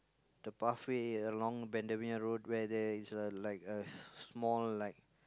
the pathway along Bendemeer road where this a like a s~ small like